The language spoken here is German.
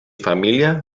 familie